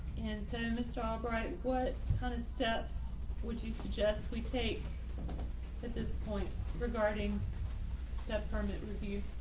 and so, mr. albright, what kind of steps would you suggest we take at this point regarding that permit review,